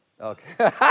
Okay